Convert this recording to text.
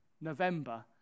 November